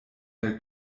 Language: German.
der